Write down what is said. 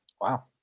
Wow